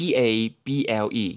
Table